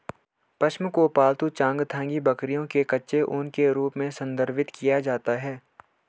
पश्म को पालतू चांगथांगी बकरियों के कच्चे ऊन के रूप में संदर्भित किया जाता है